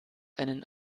einen